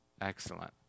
Excellent